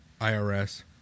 IRS